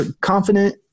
confident